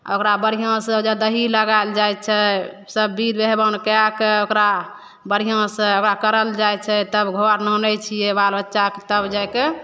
आ ओकरा बढ़िऑंसॅं जे दही लगाएल जाइ छै सब विध व्यवहार कए कऽ ओकरा बढ़िऑंसॅं ओकरा कयल जाइ छै तब घर आनै छियै बाल बच्चाके तब जाइके